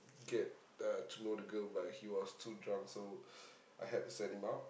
get uh to know the girl but he was too drunk so I had to send him out